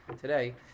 today